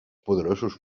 poderosos